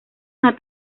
una